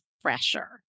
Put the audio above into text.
fresher